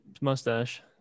mustache